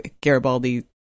garibaldi